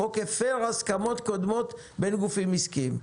החוק הפר הסכמות קודמות בין גופים עסקיים.